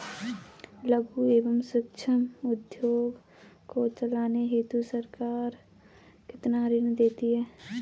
लघु एवं सूक्ष्म उद्योग को चलाने हेतु सरकार कितना ऋण देती है?